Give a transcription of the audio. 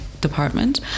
department